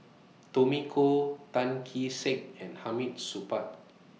Tommy Koh Tan Kee Sek and Hamid Supaat